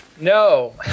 No